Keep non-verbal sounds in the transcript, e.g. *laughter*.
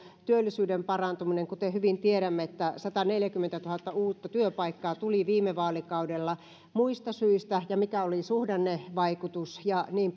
työllisyyden parantuminen kuten hyvin tiedämme että sataneljäkymmentätuhatta uutta työpaikkaa tuli viime vaalikaudella muista syistä ja mikä oli suhdannevaikutus ja niin *unintelligible*